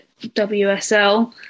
WSL